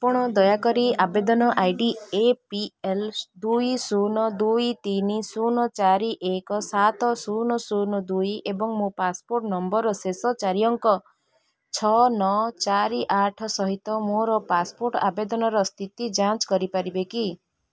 ଆପଣ ଦୟାକରି ଆବେଦନ I D A P L ଦୁଇ ଶୂନ ଦୁଇ ତିନି ଶୂନ ଚାରି ଏକ ସାତ ଶୂନ ଶୂନ ଦୁଇ ଏବଂ ମୋ ପାସପୋର୍ଟ ନମ୍ବରର ଶେଷ ଚାରି ଅଙ୍କ ଛଅ ନଅ ଚାରି ଆଠ ସହିତ ମୋର ପାସପୋର୍ଟ ଆବେଦନର ସ୍ଥିତି ଯାଞ୍ଚ କରିପାରିବେ କି